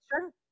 Sure